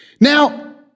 Now